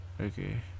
Okay